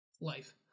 life